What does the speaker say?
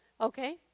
okay